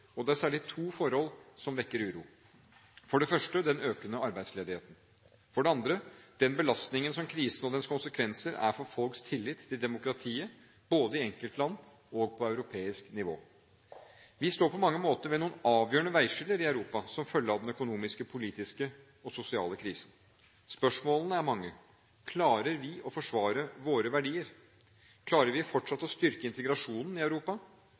Det er særlig to forhold som vekker uro: For det første, den økende arbeidsledigheten. For det andre, den belastningen som krisen og dens konsekvenser er for folks tillit til demokratiet, både i enkeltland og på europeisk nivå. Vi står på mange måter ved noen avgjørende veiskiller i Europa som følge av den økonomiske, politiske og sosiale krisen. Spørsmålene er mange. Klarer vi å forsvare våre verdier? Klarer vi fortsatt å styrke integrasjonen i Europa?